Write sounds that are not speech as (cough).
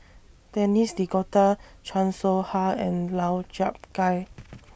Denis D'Cotta Chan Soh Ha and Lau Chiap Khai (noise)